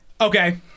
Okay